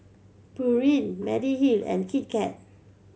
Pureen Mediheal and Kit Kat